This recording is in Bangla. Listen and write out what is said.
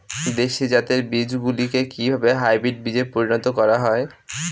দেশি জাতের বীজগুলিকে কিভাবে হাইব্রিড বীজে পরিণত করা হয়?